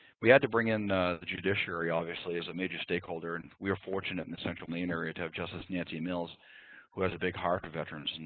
we had to bring in the judiciary, obviously, as a major stakeholder. and we were fortunate in the central maine area to have justice nancy mills who has a big heart for veterans. and